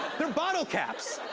they're bottle caps.